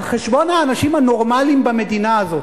על חשבון האנשים הנורמלים במדינה הזאת.